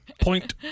point